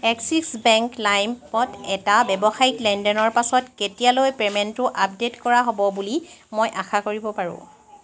axis bank লাইমত এটা ব্যৱসায়িক লেনদেনৰ পাছত কেতিয়ালৈ পে'মেণ্টটো আপডেট কৰা হ'ব বুলি মই আশা কৰিব পাৰোঁ